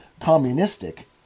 communistic